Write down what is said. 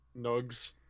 Nugs